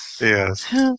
Yes